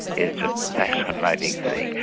it's a fascinating thing.